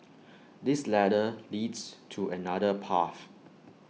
this ladder leads to another path